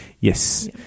Yes